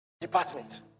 department